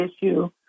issue